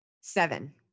Seven